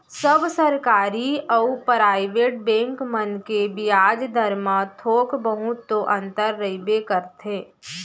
सब सरकारी अउ private bank मन के बियाज दर म थोक बहुत तो अंतर रहिबे करथे